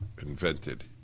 invented